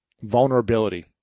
vulnerability